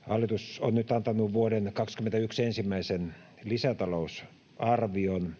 Hallitus on nyt antanut vuoden 21 ensimmäisen lisätalousarvion.